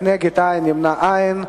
נגד, אין, נמנעים,